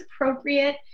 appropriate